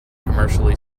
commercially